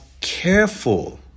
careful